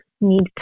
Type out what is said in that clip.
need